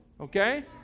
Okay